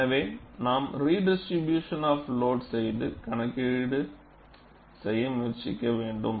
எனவே நாம் redistribution of load செய்து கணக்கீடு செய்ய முயற்சிக்க வேண்டும்